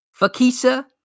Fakisa